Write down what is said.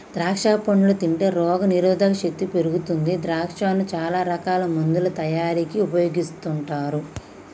ద్రాక్షా పండ్లు తింటే రోగ నిరోధక శక్తి పెరుగుతుంది ద్రాక్షను చాల రకాల మందుల తయారీకి ఉపయోగిస్తుంటారు